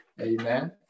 amen